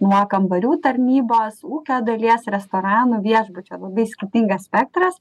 nuo kambarių tarnybos ūkio dalies restoranų viešbučio bai skirtingas spektras